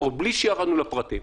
עוד בלי שירדנו לפרטים,